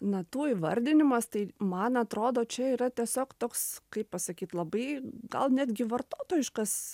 natų įvardinimas tai man atrodo čia yra tiesiog toks kaip pasakyt labai gal netgi vartotojiškas